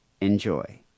Enjoy